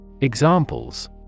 Examples